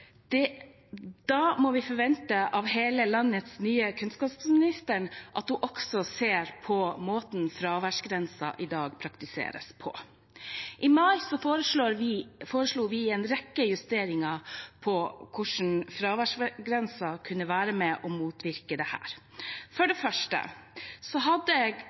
Da må vi forvente av hele landets nye kunnskapsminister at hun også ser på måten fraværsgrensen i dag praktiseres på. I mai foreslo vi en rekke justeringer på hvordan fraværsgrensen kunne være med og motvirke dette. For det første hadde jeg